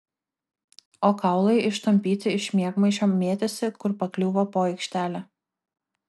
o kaulai ištampyti iš miegmaišio mėtėsi kur pakliūva po aikštelę